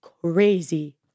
crazy